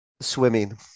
Swimming